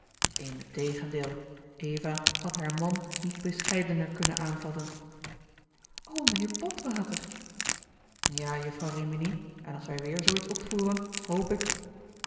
eva had haar man niet bescheidener kunnen aanvatten o mijnheer botwater ja jufvrouw riminie en als wij weer zoo iets opvoeren hoop ik